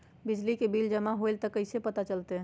बिजली के बिल जमा होईल ई कैसे पता चलतै?